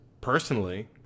personally